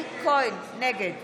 נגד